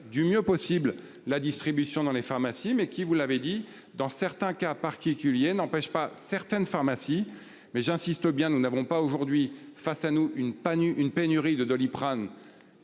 du mieux possible la distribution dans les pharmacies mais qui, vous l'avez dit, dans certains cas particuliers n'empêche pas certaines pharmacies mais j'insiste bien, nous n'avons pas aujourd'hui face à nous une panne une pénurie de Doliprane.